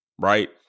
Right